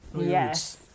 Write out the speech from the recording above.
Yes